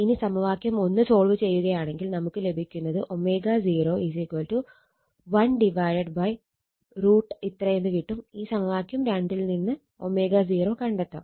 ഇനി സമവാക്യം സോൾവ് ചെയ്യുകയാണെങ്കിൽ നമുക്ക് ലഭിക്കുന്നത് ω0 1√ ഇത്രയെന്ന് കിട്ടും ഈ സമവാക്യം ൽ നിന്ന് ω0 കണ്ടെത്താം